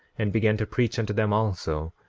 and began to preach unto them also.